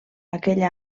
aquell